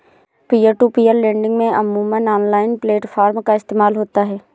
peer to peer lending में अमूमन online platform का इस्तेमाल होता है